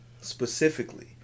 specifically